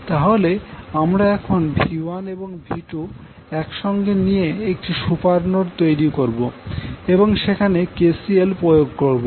তাহলে আমরা এখন V1 এবং V2 একসঙ্গে নিয়ে একটি সুপার নোড তৈরি করবো এবং সেখানে KCL প্রয়োগ করবো